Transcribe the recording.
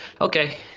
Okay